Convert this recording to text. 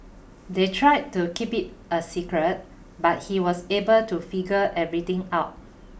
they tried to keep it a secret but he was able to figure everything out